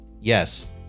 Yes